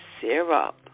syrup